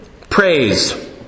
praise